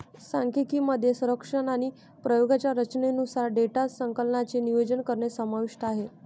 सांख्यिकी मध्ये सर्वेक्षण आणि प्रयोगांच्या रचनेनुसार डेटा संकलनाचे नियोजन करणे समाविष्ट आहे